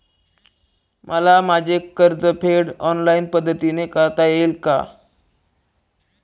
मला माझे कर्जफेड ऑनलाइन पद्धतीने करता येईल का?